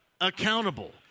accountable